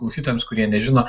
klausytojams kurie nežino